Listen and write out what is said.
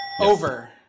over